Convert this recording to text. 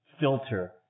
filter